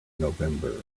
november